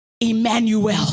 Emmanuel